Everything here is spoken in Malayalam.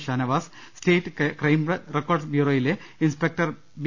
ഷാനവാസ് സ്റ്റേറ്റ് ക്രൈം റെക്കോർഡ് ബ്യൂറോയിലെ ഇൻസ്പെക്ടർ ബി